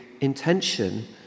intention